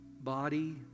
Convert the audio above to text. body